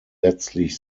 letztlich